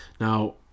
now